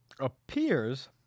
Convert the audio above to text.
appears